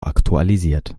aktualisiert